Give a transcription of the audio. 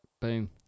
boom